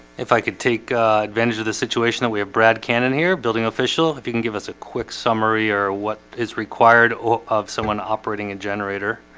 if i could take advantage of the situation that we have brad cannon here building official if you can give us a quick summary or what is required of someone operating a generator?